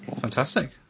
fantastic